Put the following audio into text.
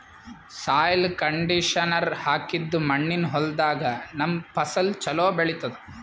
soil conditioner ಹಾಕಿದ್ದ್ ಮಣ್ಣಿನ್ ಹೊಲದಾಗ್ ನಮ್ಗ್ ಫಸಲ್ ಛಲೋ ಬೆಳಿತದ್